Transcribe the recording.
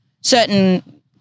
certain